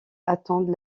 attendent